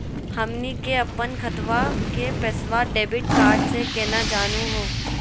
हमनी के अपन खतवा के पैसवा डेबिट कार्ड से केना जानहु हो?